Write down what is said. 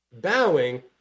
bowing